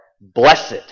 blessed